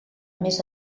més